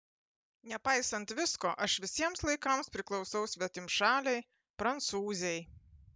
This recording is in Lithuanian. nepaisant visko aš visiems laikams priklausau svetimšalei prancūzei